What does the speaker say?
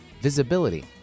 visibility